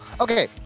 Okay